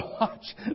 watch